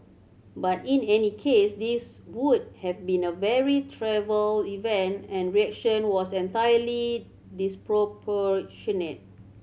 but in any case this would have been a very trivial event and reaction was entirely disproportionate